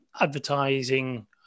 advertising